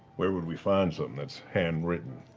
where would we find something that's handwritten?